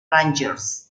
rangers